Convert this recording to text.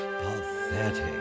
pathetic